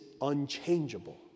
unchangeable